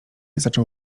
zaczął